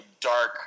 dark